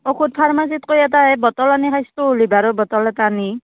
ঔষধ ফাৰ্মাচীত কৈ এটা এই বটল আনি খাইটো লিভাৰৰ বটল এটা আনি